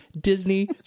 Disney